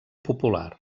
popular